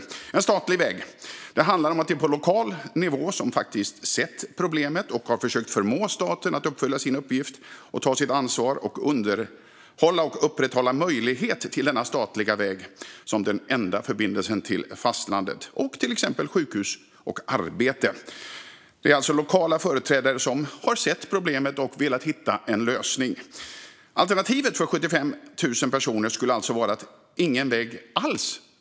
Det är en statlig väg, och det här handlar om att de på lokal nivå som faktiskt sett problemet har försökt att förmå staten att uppfylla sin uppgift och ta sitt ansvar att underhålla och upprätthålla möjligheten till denna statliga väg som är den enda förbindelsen till fastlandet och till exempel sjukhus och arbete. Det är alltså lokala företrädare som har sett problemet och velat hitta en lösning. Alternativet för 75 000 personer skulle alltså vara ingen väg alls.